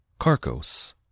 Carcos